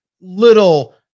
little